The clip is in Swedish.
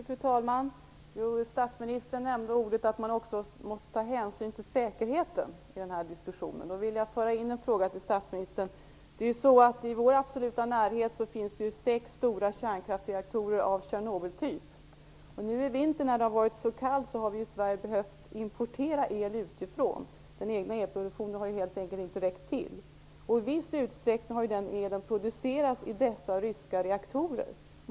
Fru talman! Statsministern nämnde att man i den här diskussionen också måste ta hänsyn till säkerheten. Då vill jag föra in en fråga till statsministern. I vår absoluta närhet finns det ju sex stora kärnkraftsreaktorer av Tjernobyltyp. Nu i vinter, när det har varit så kallt, har vi i Sverige behövt importera el utifrån. Den egna elproduktionen har helt enkelt inte räckt till. I viss utsträckning har den elen producerats i dessa ryska reaktorer.